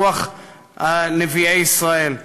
ברוח נביאי ישראל,